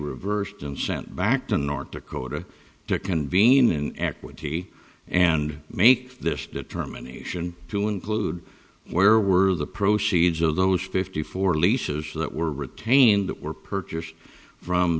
reversed and sent back to north dakota to convene an equity and make this determination to include where were the proceeds of those fifty four leases that were retained that were purchased from